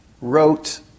wrote